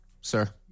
Sir